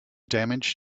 damage